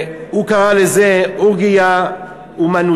הוא קרא לזה "אורגיה אמנותית".